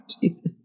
Jesus